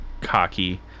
cocky